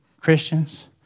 Christians